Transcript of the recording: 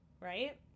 right